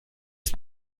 ist